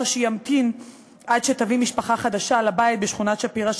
שימתין עד שתביא משפחה חדשה לבית בשכונת שפירא,